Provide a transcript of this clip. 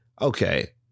Okay